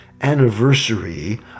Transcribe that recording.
anniversary